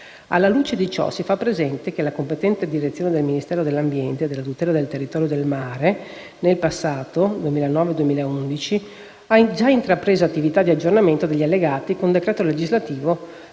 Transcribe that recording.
Alla luce di ciò si fa presente che la competente direzione del Ministero dell'ambiente e della tutela del territorio e del mare nel passato (2009-2011) ha già intrapreso attività di aggiornamento degli allegati del decreto legislativo